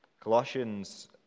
Colossians